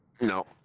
No